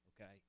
Okay